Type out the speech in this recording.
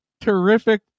terrific